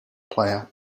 player